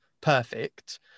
perfect